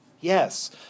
yes